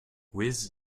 whiz